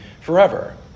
forever